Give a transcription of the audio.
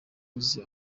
uzi